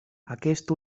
aquest